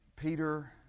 Peter